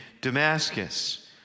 Damascus